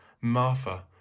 Martha